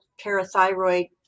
parathyroid